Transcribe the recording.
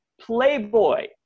playboy